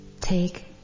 Take